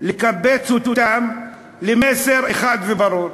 לקבץ אותם למסר אחד וברור.